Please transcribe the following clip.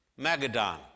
Magadan